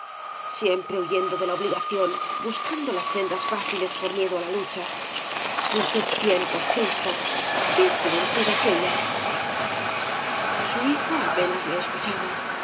siempre huyendo de la obligación buscando las sendas fáciles por miedo á la lucha qaé tiempos cristo qué juventud era aquella su hijo apenas le escuchaba